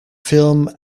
film